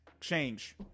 change